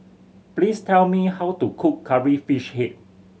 please tell me how to cook Curry Fish Head